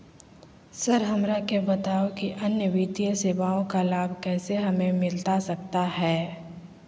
Sir हमरा के बताओ कि अन्य वित्तीय सेवाओं का लाभ कैसे हमें मिलता सकता है?